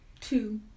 two